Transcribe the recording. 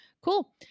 cool